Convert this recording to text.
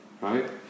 right